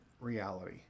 reality